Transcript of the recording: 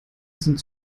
sind